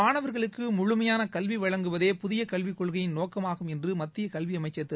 மாணவர்களுக்கு முழுமையான கல்வி வழங்குவதே புதிய கல்விக் கொள்கையின் நோக்கமாகும் என்று மத்திய கல்வி அமைச்சர் திரு